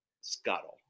Scuttle